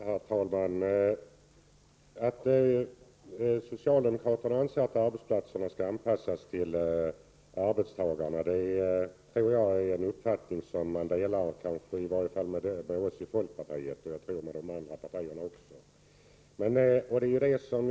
Herr talman! Socialdemokraterna anser att arbetsplatserna skall anpassas till arbetstagarna, och det är en uppfattning som de delar i varje fall med oss i folkpartiet och, tror jag, med de andra partierna också.